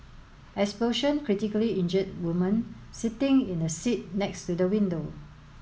explosion critically injured woman sitting in the seat next to the window